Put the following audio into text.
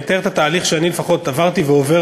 ואני אתאר את התהליך שאני לפחות עברתי ועובר